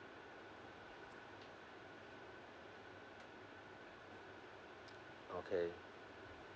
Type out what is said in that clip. okay